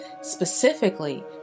specifically